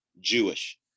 Jewish